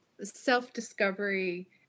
self-discovery